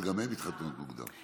גם הן מתחתנות מוקדם.